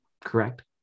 Correct